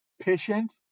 patient